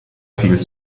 viel